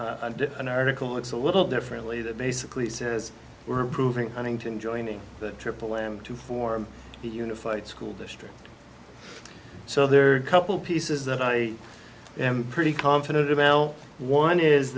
that an article looks a little differently that basically says we're proving huntington joining the triple m to form the unified school district so there are couple pieces that i am pretty confident about well one is